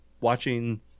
watching